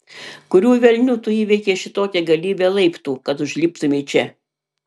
kurių velnių tu įveikei šitokią galybę laiptų kad užliptumei čia